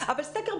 אז תצאי,